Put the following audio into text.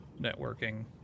networking